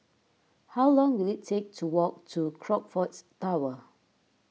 how long will it take to walk to Crockfords Tower